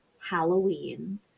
Halloween